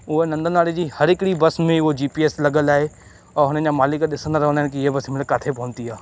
उहो नंदन वारे जी हर हिकिड़ी बस में उहो जी पी एस लॻियल आहे ऐं हुननि जा मालिक ॾिसंदा रहंदा आहिनि की हीअं बस हींअर किथे पहुती आहे